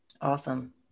Awesome